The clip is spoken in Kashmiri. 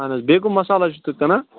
اَہَن حظ بیٚیہِ کٔم مسالہ حظ چھُو تُہۍ کٕنان